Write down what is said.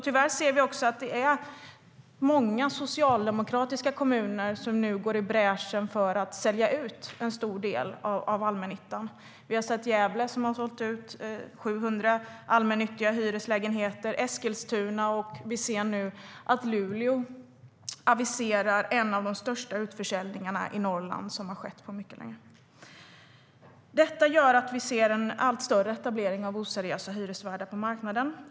Tyvärr ser vi också att det är många socialdemokratiska kommuner som nu går i bräschen för att sälja ut en stor del av allmännyttan. I Gävle har man sålt ut 700 allmännyttiga hyreslägenheter. Man har också sålt ut i Eskilstuna. Och i Luleå aviseras nu en av de största utförsäljningarna i Norrland på mycket länge. Detta gör att vi ser en allt större etablering av oseriösa hyresvärdar på marknaden.